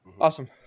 awesome